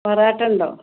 പറാട്ട ഉണ്ടോ